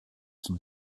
son